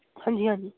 ਹਾਂਜੀ ਹਾਂਜੀ